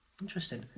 interesting